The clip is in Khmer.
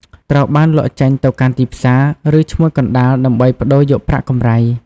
ត្រីដែលចាប់បានពីអន្ទាក់ទាំងនោះត្រូវបានលក់ចេញទៅកាន់ទីផ្សារ ឬឈ្មួញកណ្តាលដើម្បីប្តូរយកប្រាក់កម្រៃ។